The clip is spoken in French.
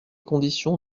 conditions